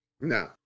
No